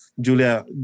Julia